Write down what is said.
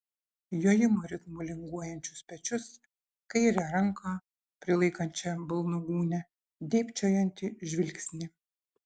jojimo ritmu linguojančius pečius kairę ranką prilaikančią balno gūnią dėbčiojantį žvilgsnį